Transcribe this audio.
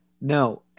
No